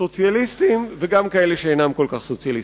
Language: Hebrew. סוציאליסטים וגם כאלה שאינם כל כך סוציאליסטים.